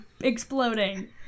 exploding